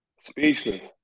Speechless